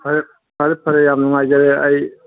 ꯐꯔꯦ ꯐꯔꯦ ꯐꯔꯦ ꯌꯥꯝ ꯅꯨꯡꯉꯥꯏꯖꯔꯦ ꯑꯩ